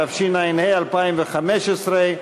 התשע"ה 2015,